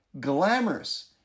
glamorous